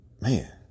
man